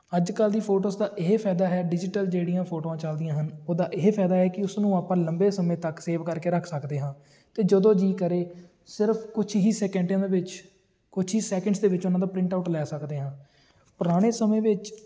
ਅੱਜ ਕੱਲ੍ਹ ਦੀ ਫੋਟੋਸ ਦਾ ਇਹ ਫਾਇਦਾ ਹੈ ਡਿਜ਼ੀਟਲ ਜਿਹੜੀਆਂ ਫੋਟੋਆਂ ਚੱਲਦੀਆਂ ਹਨ ਉਹਦਾ ਇਹ ਫਾਇਦਾ ਹੈ ਕਿ ਉਸਨੂੰ ਆਪਾਂ ਲੰਬੇ ਸਮੇਂ ਤੱਕ ਸੇਵ ਕਰਕੇ ਰੱਖ ਸਕਦੇ ਹਾਂ ਅਤੇ ਜਦੋਂ ਜੀ ਕਰੇ ਸਿਰਫ ਕੁਛ ਹੀ ਸੈਕਿੰਟਿਆਂ ਦੇ ਵਿੱਚ ਕੁਛ ਹੀ ਸੈਕਿੰਟਸ ਦੇ ਵਿੱਚ ਉਹਨਾਂ ਦਾ ਪ੍ਰਿੰਟ ਆਊਟ ਲੈ ਸਕਦੇ ਹਾਂ ਪੁਰਾਣੇ ਸਮੇਂ ਵਿੱਚ